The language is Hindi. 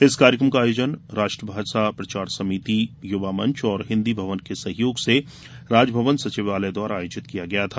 इस कार्यक्रम का आयोजन राष्ट्रभाषा प्रचार सभितियुवामंच और हिन्दी भवन के सहयोग से राजभवन सचिवालय द्वारा आयोजित किया गया था